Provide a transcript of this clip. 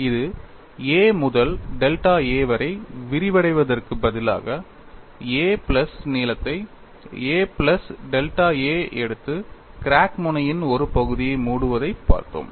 இது a முதல் delta a வரை விரிவடைவதற்குப் பதிலாக a பிளஸ் நீளத்தை a பிளஸ் டெல்டா a எடுத்து கிராக் முனையின் ஒரு பகுதியை மூடுவதைப் பார்த்தோம்